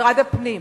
משרד הפנים,